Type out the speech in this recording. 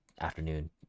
afternoon